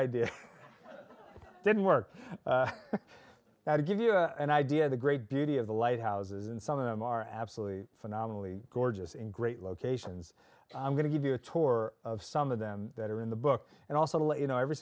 it didn't work now to give you an idea of the great beauty of the lighthouses and some of them are absolutely phenomenally gorgeous in great locations i'm going to give you a tour of some of them that are in the book and also let you know every